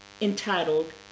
entitled